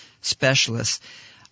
specialists